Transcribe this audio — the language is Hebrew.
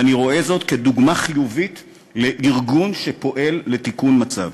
ואני רואה זאת כדוגמה חיובית לארגון שפועל לתיקון מצב.